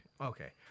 Okay